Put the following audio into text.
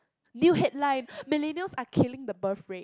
new headline millennials are killing the birth rate